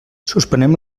suspenem